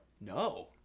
no